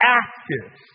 active